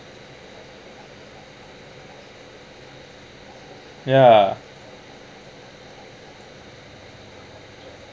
ya